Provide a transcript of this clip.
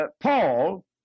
Paul